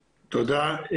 תודה.